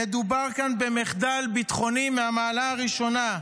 מדובר כאן במחדל ביטחוני מהמעלה הראשונה.